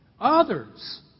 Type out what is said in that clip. Others